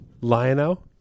Lionel